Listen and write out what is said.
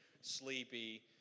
sleepy